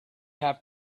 have